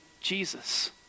Jesus